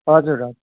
हजुर ह